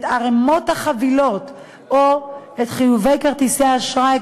ערמות החבילות או את חיובי כרטיסי האשראי,